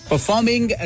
Performing